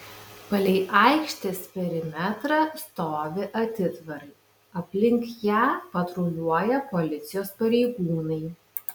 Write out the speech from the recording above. palei aikštės perimetrą stovi atitvarai aplink ją patruliuoja policijos pareigūnai